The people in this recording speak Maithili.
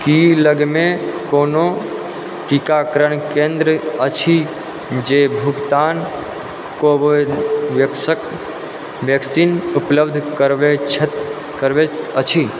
की लगमे कोनो टीकाकरण केन्द्र अछि जे भुगतान कोवोवेक्सक वैक्सीन उपलब्ध करबैत अछि